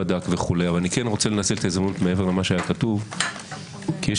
רוצה לנצל את ההזדמנות מעבר למה שהיה כתוב כי יש